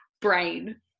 brain